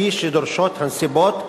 כפי שדורשות הנסיבות,